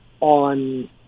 on